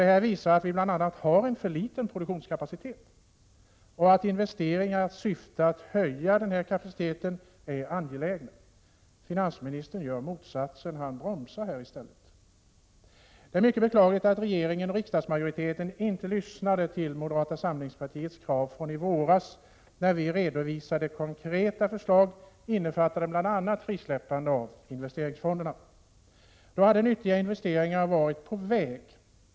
Detta visar att vi bl.a. har en för liten produktionskapacitet och att investeringar, i syfte att höja denna kapacitet, är angelägna. Finansministern gör motsatsen — han bromsar i stället. Det är mycket beklagligt att regeringen och riksdagsmajoriteten inte lyssnade till moderata samlingspartiets krav från i våras, då vi redovisade konkreta förslag innefattande bl.a. frisläppande av investeringsfonderna. Då hade nyttiga investeringar varit på väg.